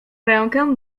rękę